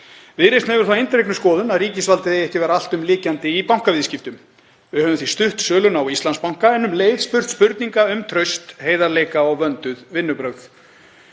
Viðreisn hefur þá eindregnu skoðun að ríkisvaldið eigi ekki að vera alltumlykjandi í bankaviðskiptum. Við höfum því stutt söluna á Íslandsbanka en um leið spurt spurninga um traust, heiðarleika og vönduð vinnubrögð